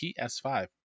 ps5